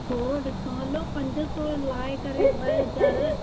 थोरो डिस्काउंट लो पंज सौ लाहे करे ॿ हज़ार